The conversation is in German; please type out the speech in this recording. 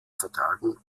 vertagen